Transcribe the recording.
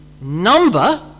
number